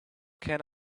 can